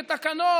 בתקנות.